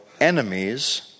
enemies